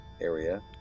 area